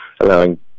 Allowing